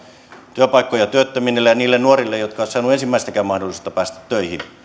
työpaikkoja työttömille ja niille nuorille jotka eivät ole saaneet ensimmäistäkään mahdollisuutta päästä töihin